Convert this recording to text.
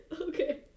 okay